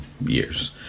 years